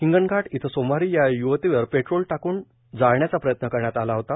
हिंगणघाट इथं गेल्या सोमवारी या युवतीवर पेट्रोल टाकून जाळण्याचा प्रयत्न करण्यात आला होता